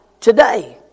today